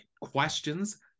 questions